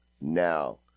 now